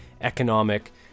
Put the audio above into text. economic